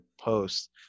post